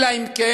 אלא אם כן